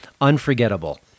unforgettable